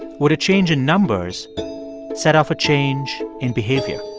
would a change in numbers set off a change in behavior?